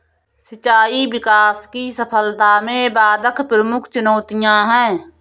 सिंचाई विकास की सफलता में बाधक प्रमुख चुनौतियाँ है